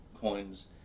coins